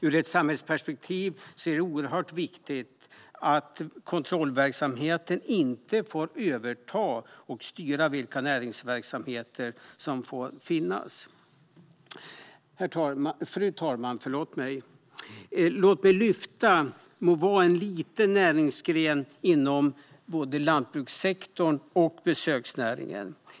Ur ett samhällsperspektiv är det viktigt att kontrollverksamheten inte får överta och styra vilka näringsverksamheter som får finnas. Fru talman! Låt mig lyfta fram en liten näringsgren inom både lantbrukssektorn och besöksnäringen.